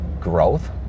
growth